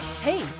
Hey